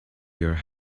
your